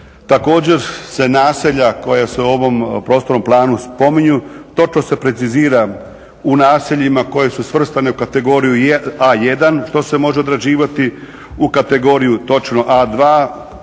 Također se naselja koja se u ovom prostornom planu spominju točno se precizira u naseljima koje su svrstane u kategoriju a)1 što se može odrađivati u kategoriju točno a)2